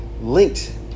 linked